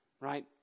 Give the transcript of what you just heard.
right